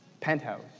penthouse